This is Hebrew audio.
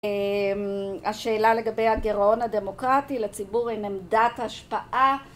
השאלה לגבי הגרעון הדמוקרטי לציבור עם עמדת השפעה